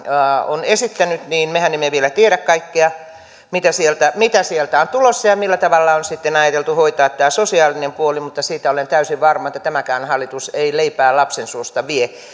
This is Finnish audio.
on esittänyt mehän emme vielä tiedä kaikkea mitä sieltä mitä sieltä on tulossa ja millä tavalla on sitten ajateltu hoitaa tämä sosiaalinen puoli mutta siitä olen täysin varma että tämäkään hallitus ei leipää lapsen suusta vie